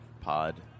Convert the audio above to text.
Pod